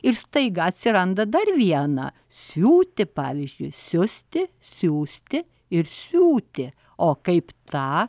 ir staiga atsiranda dar vieną siūti pavyzdžiui siusti siųsti ir siūti o kaip tą